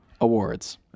awards